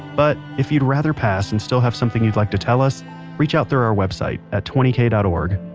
but if you'd rather pass and still have something you'd like to tell us reach out through our website at twenty k dot org.